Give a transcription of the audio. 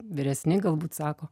vyresni galbūt sako